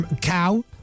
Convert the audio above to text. Cow